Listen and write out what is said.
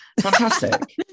fantastic